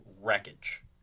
wreckage